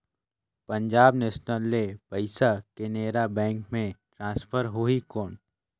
Punjab national ले पइसा Canara bank मे ट्रांसफर होहि कौन?